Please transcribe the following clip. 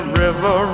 river